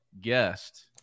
guest